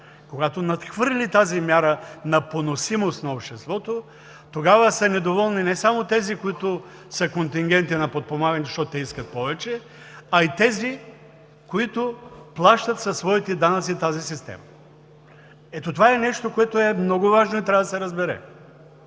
когато надхвърли тази мяра на поносимост на обществото, тогава са недоволни не само тези, които са контингенти на подпомагането, защото искат повече, а и тези, които плащат своите данъци в тази система. Ето това е нещо, което е много важно и трябва да се разбере.